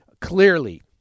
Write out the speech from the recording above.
Clearly